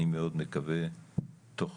אני מאוד מקווה תוך